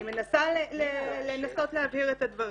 אני מנסה להבהיר את הדברים.